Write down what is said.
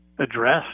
address